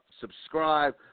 Subscribe